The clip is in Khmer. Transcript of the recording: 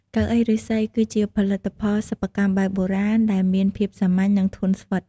កៅអីឫស្សី គឺជាផលិតផលសិប្បកម្មបែបបុរាណដែលមានភាពសាមញ្ញ និងធន់ស្វិត។